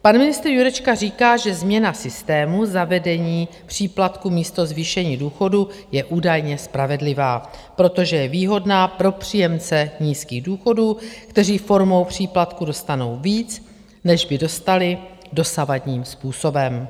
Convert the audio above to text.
Pan ministr Jurečka říká, že změna systému zavedení příplatku místo zvýšení důchodů je údajně spravedlivá, protože je výhodná pro příjemce nízkých důchodů, kteří formou příplatku dostanou víc, než by dostali dosavadním způsobem.